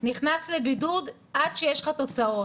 נכנס לבידוד עד שיש לך תוצאות.